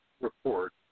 report